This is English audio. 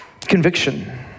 Conviction